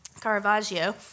Caravaggio